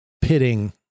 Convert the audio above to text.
pitting